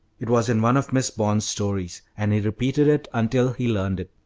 it was in one of miss bond's stories, and he repeated it until he learned it